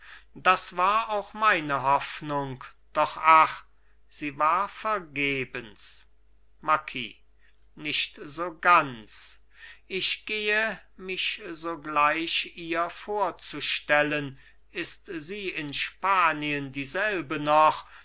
das war auch meine hoffnung doch ach sie war vergebens marquis nicht so ganz ich gehe mich sogleich ihr vorzustellen ist sie in spanien dieselbe noch